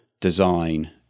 design